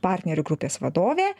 partnerių grupės vadovė